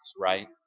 right